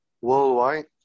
worldwide